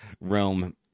realm